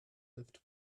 lift